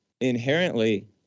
inherently